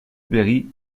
berry